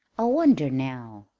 i wonder, now,